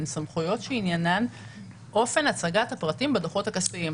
הן סמכויות שעניינן אופן הצגת הפרטים בדוחות הכספיים.